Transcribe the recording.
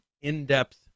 in-depth